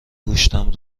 گوشتم